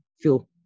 feel